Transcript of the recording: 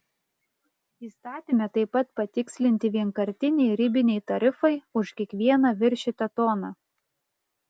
įstatyme taip pat patikslinti vienkartiniai ribiniai tarifai už kiekvieną viršytą toną